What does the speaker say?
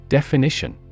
Definition